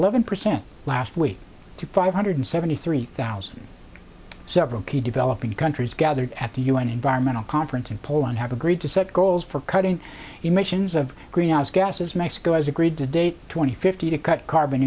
eleven percent last week to five hundred seventy three thousand several key developing countries gathered at the un environmental conference in poland have agreed to set goals for cutting emissions of greenhouse gases mexico has agreed to date twenty fifty to cut carbon